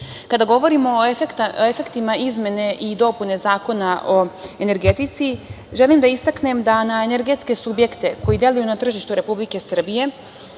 govorimo o efektima izmene i dopune Zakona o energetici želim da istaknem da na energetske subjekte koji deluju na tržištu Republike Srbije